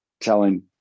telling